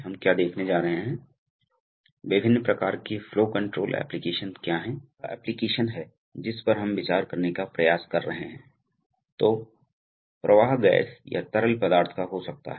हम चर्चा करेंगे न्यूमैटिक नियंत्रण प्रणालियों पर चर्चा शुरू करेंगे और हम न्यूमैटिक सिद्धांतों मुख्य न्यूमैटिक प्रणाली घटकों और कुछ सरल अनुप्रयोगों पर चर्चा करेंगे